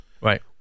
right